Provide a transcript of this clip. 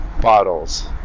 bottles